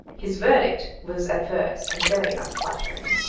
his verdict was adverse, and very unflattering.